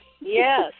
Yes